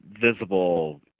visible